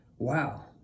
Wow